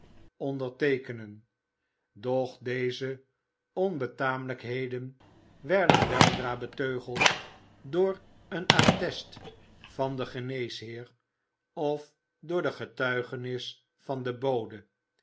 onderteekenen doch deze onbetamelijkheden werden weldra beteugeld door een attest van den geneesheer of door de getuigenis van den bode